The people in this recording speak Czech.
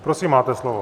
Prosím, máte slovo.